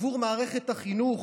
עבור מערכת החינוך,